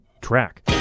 track